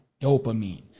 dopamine